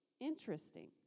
Interesting